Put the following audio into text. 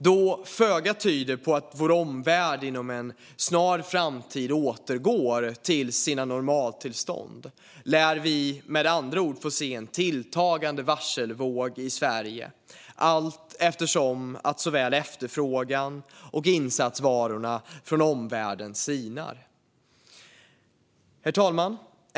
Då föga tyder på att vår omvärld inom en snar framtid återgår till sitt normaltillstånd lär vi med andra ord få se en tilltagande varselvåg i Sverige allteftersom såväl efterfrågan som insatsvarorna från omvärlden sinar. Herr talman!